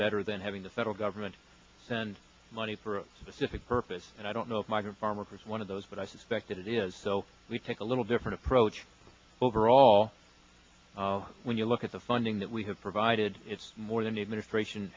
better than having the federal government send money for a specific purpose and i don't know if migrant farm workers one of those but i suspect it is so we take a little different approach overall when you look at the funding that we have provided it's more than the administration